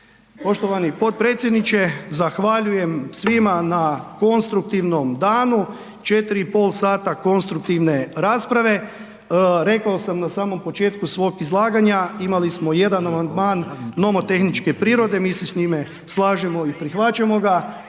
Poštovani potpredsjedniče, zahvaljujem svima na konstruktivnom danu, četiri i pol sata konstruktivne rasprave, rekao sam na samom početku svog izlaganja, imali smo jedan amandman nomotehničke prirode, mi se s njime slažemo i prihvaćamo ga,